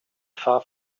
far